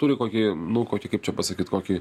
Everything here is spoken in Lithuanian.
turi kokį nu kokį kaip čia pasakyt kokį